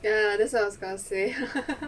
ya that's what I was gonna say